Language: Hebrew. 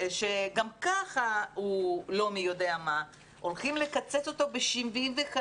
שגם ככה לא מי יודע מה, הולכים לקצץ אותו ב-75%.